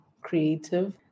creative